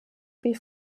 wie